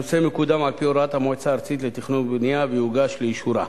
הנושא מקודם על-פי הוראת המועצה הארצית לתכנון ובנייה ויוגש לאישורה.